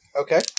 Okay